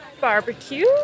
barbecue